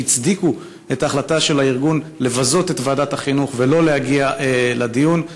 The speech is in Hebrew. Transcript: שהצדיקו את ההחלטה של הארגון לבזות את ועדת החינוך ולא להגיע לדיון.